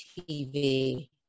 TV